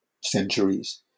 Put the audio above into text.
centuries